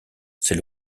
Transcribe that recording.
c’est